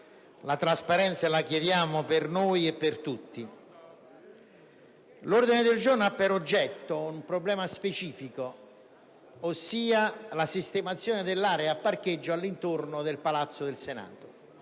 la trasparenza la chiediamo per noi e per tutti. L'ordine del giorno ha per oggetto un problema specifico, ossia la sistemazione dell'area di parcheggio intorno al Palazzo del Senato.